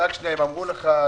הישיבה ננעלה בשעה